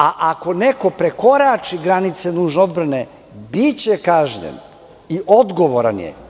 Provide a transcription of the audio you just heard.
A ako neko prekorači granice nužne odbrane biće kažnjen i odgovoran je.